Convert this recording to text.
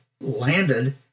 landed